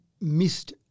missed